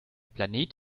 planet